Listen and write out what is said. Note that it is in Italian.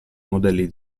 modelli